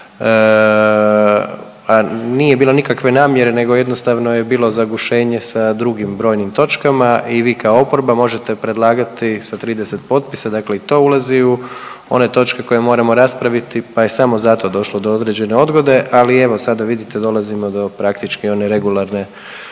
A nije bilo nikakve namjere nego jednostavno je bilo zagušenje sa drugim brojim točkama i vi kao oporba možete predlagati sa 30 potpisa, dakle i to ulazi u one točke koje moramo raspraviti pa je samo zato došlo do određene odgode. Ali evo sada vidite dolazimo do praktički one regularne